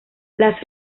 las